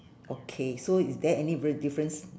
okay so is there any real difference